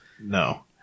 No